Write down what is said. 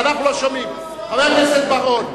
חבר הכנסת בר-און,